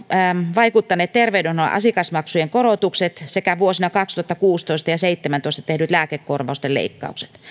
vaikuttaneet terveydenhuollon asiakasmaksujen korotukset sekä vuosina kaksituhattakuusitoista ja kaksituhattaseitsemäntoista tehdyt lääkekorvausten leikkaukset